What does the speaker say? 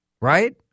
Right